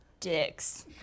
dicks